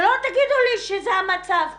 שלא תגידו לי שזה המצב כאילו.